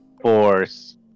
force